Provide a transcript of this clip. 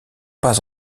pas